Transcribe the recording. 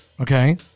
okay